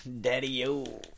Daddy-o